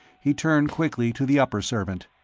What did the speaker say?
he turned quickly to the upper-servant.